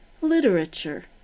literature